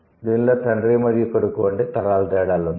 దీనిలో తండ్రి మరియు కొడుకు వంటి తరాల తేడాలు ఉన్నాయి